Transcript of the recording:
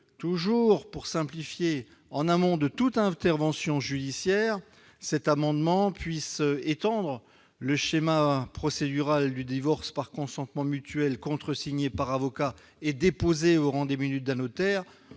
toujours pour simplifier en amont de toute intervention judiciaire -, cet amendement vise à étendre le schéma procédural du divorce par consentement mutuel contresigné par avocat et déposé au rang des minutes d'un notaire